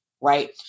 Right